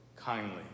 kindly